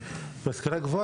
להשכלה גבוהה